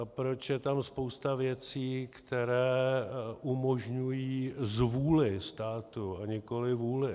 Proč je tam spousta věcí, které umožňují zvůli státu a nikoli vůli.